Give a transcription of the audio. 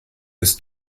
ist